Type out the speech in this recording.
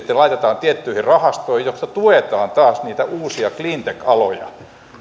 että ne laitetaan tiettyihin rahastoihin joista tuetaan taas niitä uusia cleantech aloja